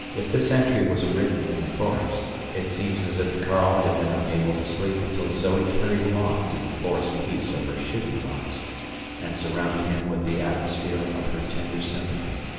if this entry was written in the forest, it seemed as if karl had been unable to sleep until zoe carried him off to the forest peace of her shooting-box and surrounded him with the atmosphere of her tender sympathy.